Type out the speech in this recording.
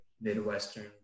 Midwestern